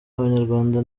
abanyarwanda